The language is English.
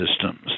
systems